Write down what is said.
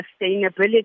sustainability